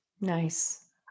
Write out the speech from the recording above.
Nice